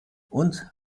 und